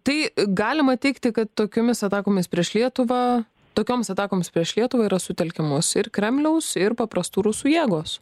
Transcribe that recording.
tai galima teigti kad tokiomis atakomis prieš lietuvą tokioms atakoms prieš lietuvą yra sutelkiamos ir kremliaus ir paprastų rusų jėgos